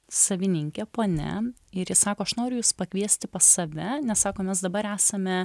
savininkė ponia ir ji sako aš noriu jus pakviesti pas save nes sako mes dabar esame